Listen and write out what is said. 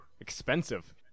expensive